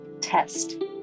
test